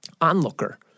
onlooker